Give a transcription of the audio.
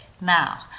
now